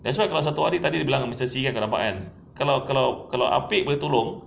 that's why kalau satu hari tadi dia bilang mister see kan kau nampak kan kalau kalau kalau apek boleh tolong